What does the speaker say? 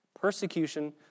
Persecution